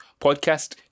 podcast